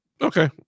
Okay